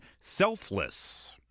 Selfless